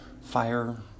fire